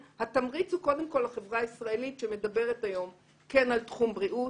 התמריץ הוא קודם כול לחברה הישראלית שמדברת היום כן על תחום בריאות.